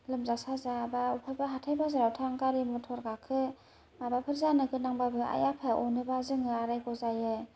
लोमजा साजा बा अफायबा हाथाइ बाजाराव थां गारि मटर गाखो माबाफोर जानो गोनांबाबो आइ आफाया अनोबा जोङो आरायग' जायो